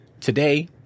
Today